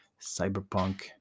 cyberpunk